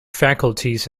faculties